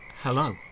Hello